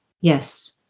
Yes